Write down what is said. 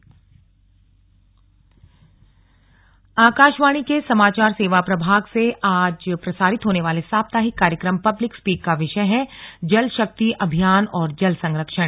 slug Akashvani कार्यक्रम आकाशवाणी के समाचार सेवा प्रभाग से आज प्रसारित होने वाले साप्ताहिक कार्यक्रम पब्लिक स्पीक का विषय हैः जल शक्ति अभियान और जल संरक्षण